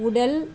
உடல்